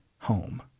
home